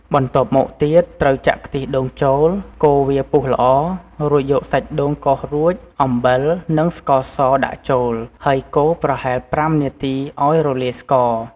បន្ទាប់មកទៀតត្រូវចាក់ខ្ទិះដូងចូល កូរវាពុះល្អ រួចយកសាច់ដូងកោសរួច អំបិល និងស្ករសដាក់ចូល ហើយកូរប្រហែលជា ៥នាទីឱ្យរលាយស្ករ។